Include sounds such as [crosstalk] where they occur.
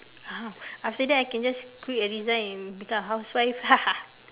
!huh! after that I can just quit and resign and become housewife [laughs]